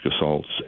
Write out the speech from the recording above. assaults